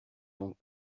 donc